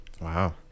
wow